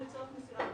לשם מסירתו